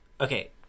okay